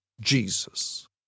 Jesus